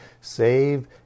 save